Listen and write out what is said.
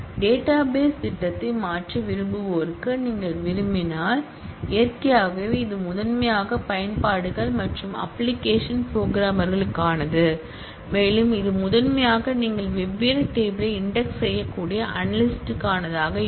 டேட்டாபேஸ்த் திட்டத்தை மாற்ற விரும்புவோருக்கு நீங்கள் விரும்பினால் இயற்கையாகவே இது முதன்மையாக பயன்பாடுகள் மற்றும் அப்பிளிக்கேஷன் புரோகிராமர்களுக்கானது மேலும் இது முதன்மையாக நீங்கள் வெவ்வேறு டேபிள் யை இன்டெக்ஸ் செய்யக்கூடிய அனலிஸ்ட் க்கானதாக இருக்கும்